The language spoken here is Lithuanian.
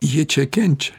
jie čia kenčia